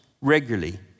regularly